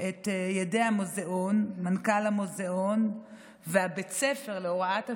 את ידי מנכ"ל המוזאון ובית הספר להוראת השואה,